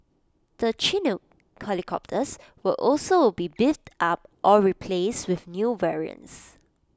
the Chinook helicopters will also be beefed up or replaced with new variants